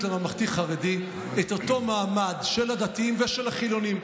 לממלכתי-חרדי את אותו מעמד של הדתיים ושל החילונים,